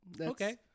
Okay